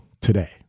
today